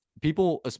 people